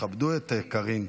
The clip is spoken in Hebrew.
כבדו את קארין.